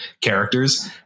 characters